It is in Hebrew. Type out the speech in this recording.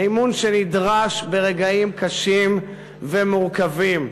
אמון שנדרש ברגעים קשים ומורכבים.